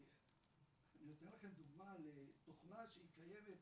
אני אתן לכם דוגמא לתוכנה שהיא קיימת,